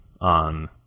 on